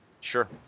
Sure